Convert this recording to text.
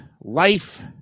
life